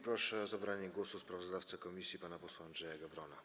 Proszę o zabranie głosu sprawozdawcę komisji pana posła Andrzeja Gawrona.